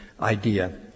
idea